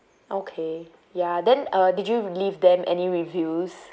okay ya then uh did you leave them any reviews